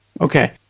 Okay